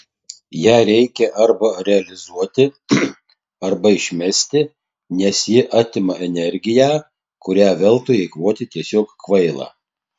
ją reikia arba realizuoti arba išmesti nes ji atima energiją kurią veltui eikvoti tiesiog kvaila